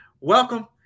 Welcome